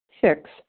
Six